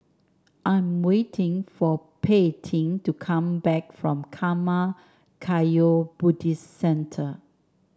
I'm waiting for Paityn to come back from Karma Kagyud Buddhist Centre